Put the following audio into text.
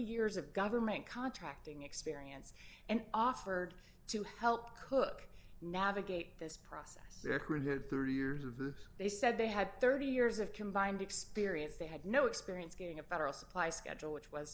years of government contracting experience and offered to help cook navigate this process separate thirty years of the they said they had thirty years of combined experience they had no experience getting a federal supply schedule which was